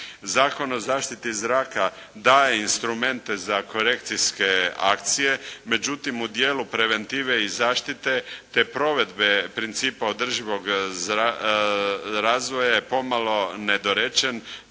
Zakon o zaštiti zraka daje instrumente za korekcijske akcije, međutim u dijelu preventive i zaštite, te provedbe principa održivog razvoja je pomalo nedorečen